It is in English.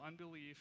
unbelief